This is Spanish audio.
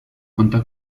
cuenta